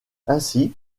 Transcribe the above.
ainsi